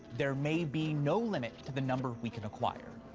there may be no limit to the number we can acquire.